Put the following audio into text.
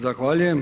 Zahvaljujem.